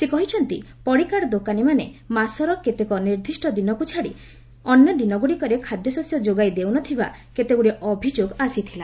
ସେ କହିଛନ୍ତି ପଡ଼ିକାର୍ଡ଼ ଦୋକାନୀମାନେ ମାସର କେତେକ ନିର୍ଦ୍ଦିଷ୍ଟ ଦିନକୁ ଛାଡ଼ିଦେଲେ ଅନ୍ୟ ଦିନଗୁଡ଼ିକରେ ଖାଦ୍ୟଶସ୍ୟ ଯୋଗାଇ ଦେଉ ନ ଥିବା କେତେଗୁଡ଼ିଏ ଅଭିଯୋଗ ଆସିଥିଲା